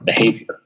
behavior